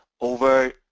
over